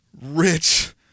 rich